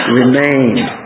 remained